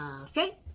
Okay